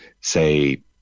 say